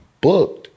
booked